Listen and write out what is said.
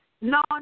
no